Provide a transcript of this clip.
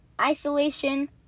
isolation